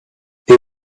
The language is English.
they